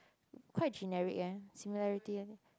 quite generic leh similarity leh